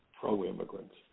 Pro-immigrants